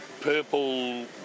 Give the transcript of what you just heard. purple